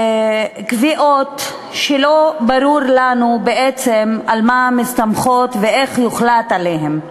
קביעות שלא ברור לנו בעצם על מה הן מסתמכות ואיך יוחלט עליהן.